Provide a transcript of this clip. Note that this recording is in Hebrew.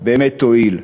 באמת תועיל?